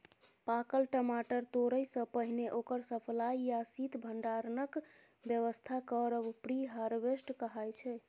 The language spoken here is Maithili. पाकल टमाटर तोरयसँ पहिने ओकर सप्लाई या शीत भंडारणक बेबस्था करब प्री हारवेस्ट कहाइ छै